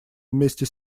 вместе